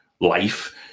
life